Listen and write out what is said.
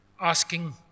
asking